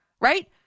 right